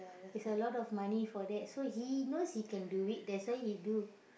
it's a lot of money for that so he knows he can do it that's why he do